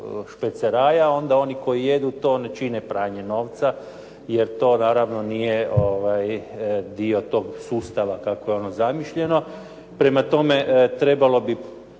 onda oni koji jedu to ne čine pranje novca, jer to naravno nije dio tog sustava kako je ono zamišljeno. Prema tome, trebalo bi, možda